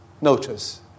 Notice